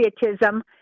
patriotism